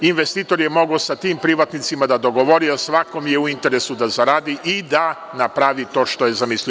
Investitor je mogao sa tim privatnicima da dogovori, a svakome je u interesu da zaradi i napravi to što je zamislio.